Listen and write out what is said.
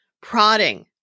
Prodding